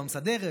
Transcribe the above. או המסדרת,